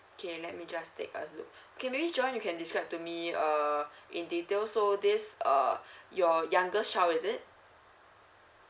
okay let me just take a look okay maybe john you can describe to me uh in detail so this err your youngest child is it